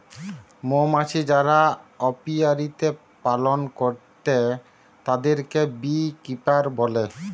মৌমাছি যারা অপিয়ারীতে পালন করেটে তাদিরকে বী কিপার বলে